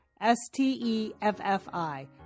S-T-E-F-F-I